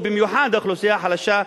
ובמיוחד האוכלוסייה החלשה,